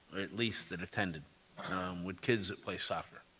at least, that attended with kids that play soccer,